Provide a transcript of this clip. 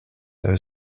there